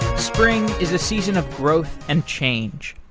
spring is a season of growth and change.